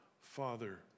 Father